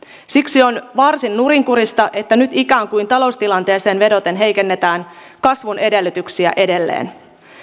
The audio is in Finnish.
siksi on varsin nurinkurista että nyt ikään kuin taloustilanteeseen vedoten heikennetään kasvun edellytyksiä edelleen